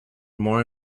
more